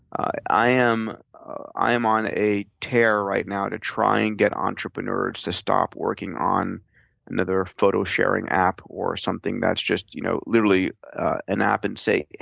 i am i am on a tear right now to try and get entrepreneurs to stop working on another photo-sharing app or something that's just, you know literally, an app and say, yeah